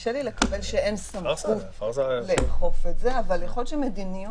קשה לי לקבל שאין סמכות לאכוף את זה אבל יכול להיות שמדיניות